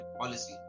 policy